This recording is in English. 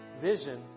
vision